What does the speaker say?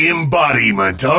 Embodiment